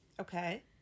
Okay